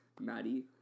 Maddie